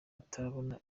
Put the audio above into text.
atarabona